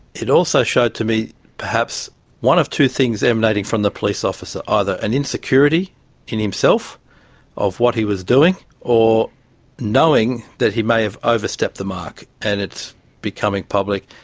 it also showed to me perhaps one of two things emanating from the police officer, either an insecurity in himself of what he was doing or knowing that he may have overstepped the mark and it's becoming public.